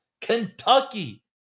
Kentucky